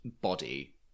body